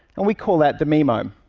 and we call that the meme-ome.